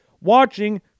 watching